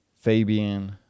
Fabian